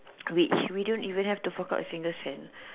which we don't even have to fork out a single cent